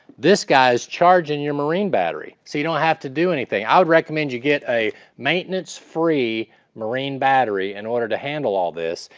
this guy is charging your marine battery, so you don't have to do anything. i would recommend you get a maintenance-free marine battery in order to handle all this,